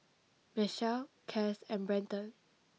Michelle Cas and Brenton